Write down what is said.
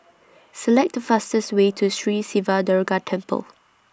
Select The fastest Way to Sri Siva Durga Temple